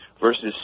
versus